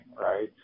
right